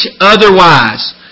otherwise